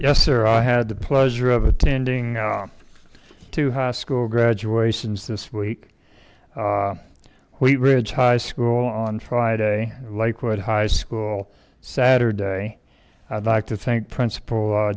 yes sir i had the pleasure of attending two high school graduations this week wheatridge high school on friday lakewood high school saturday i'd like to thank principal